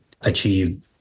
achieve